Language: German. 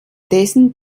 dessen